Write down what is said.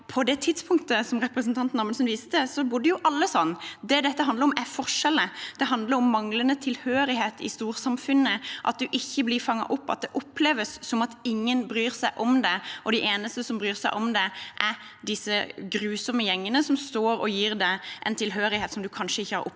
på det tidspunktet som representanten Amundsen viste til, bodde jo alle slik. Det dette handler om, er forskjeller. Det handler om manglende tilhørighet i storsamfunnet, at du ikke blir fanget opp, at det oppleves som at ingen bryr seg om deg, og at de eneste som bryr seg om deg, er disse grusomme gjengene som står og gir deg en tilhørighet som du kanskje ikke har opplevd